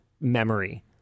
memory